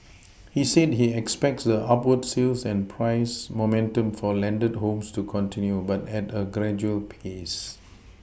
he said he expects the upward sales and price momentum for landed homes to continue but at a gradual pace